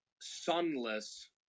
Sunless